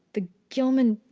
the gilman.